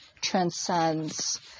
transcends